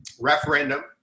referendum